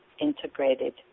integrated